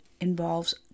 involves